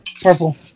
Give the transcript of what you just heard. Purple